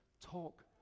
talk